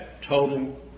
total